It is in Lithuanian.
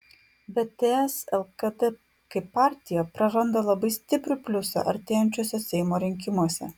bet ts lkd kaip partija praranda labai stiprų pliusą artėjančiuose seimo rinkimuose